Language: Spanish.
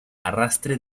arrastre